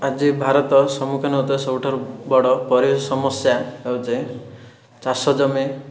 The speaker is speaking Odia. ଆଜି ଭାରତ ସମ୍ମୁଖୀନ ହେଉଥିବା ସବୁଠାରୁ ବଡ଼ ପରିବେଶ ସମସ୍ୟା ହେଉଛି ଚାଷ ଜମି